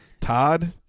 Todd